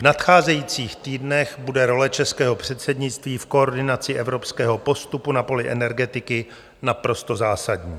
V nadcházejících týdnech bude role českého předsednictví v koordinaci evropského postupu na poli energetiky naprosto zásadní.